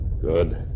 Good